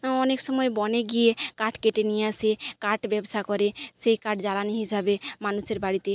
অনেক সময় বনে গিয়ে কাঠ কেটে নিয়ে আসে কাঠ ব্যবসা করে সেই কাঠ জ্বালানি হিসাবে মানুষের বাড়িতে